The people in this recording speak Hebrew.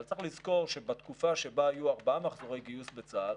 אבל צריך לזכור שבתקופה שבה יהיו ארבעה מחזורי גיוס בצה"ל,